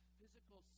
physical